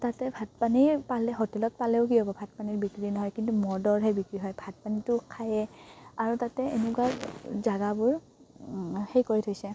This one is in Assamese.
তাতে ভাত পানী পালে হোটেলত পালেও কি হ'ব ভাত পানীৰ বিক্ৰী নহয় কিন্তু মদৰহে বিক্ৰী হয় ভাত পানীটো খায়ে আৰু তাতে এনেকুৱা জাগাবোৰ সেই কৰি থৈছে